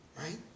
Right